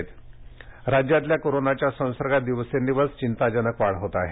राज्य कोविड राज्यातल्या कोरोनाच्या संसर्गात दिवसेंदिवस चिंताजनक वाढ होत आहे